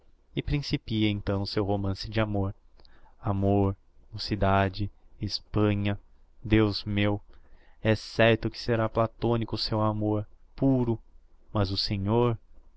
e principia então o seu romance de amor amor mocidade hespanha deus meu é certo que será platonico o seu amor puro mas o senhor